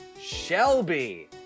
Shelby